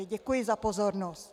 Děkuji za pozornost.